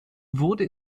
wurde